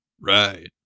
Right